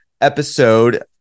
episode